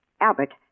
Albert